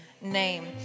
name